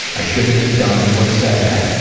i shouldn't have done or said that,